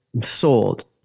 sold